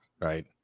right